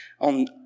on